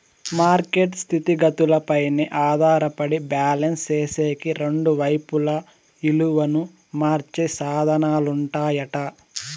market స్థితిగతులపైనే ఆధారపడి balance సేసేకి రెండు వైపులా ఇలువను మార్చే సాధనాలుంటాయట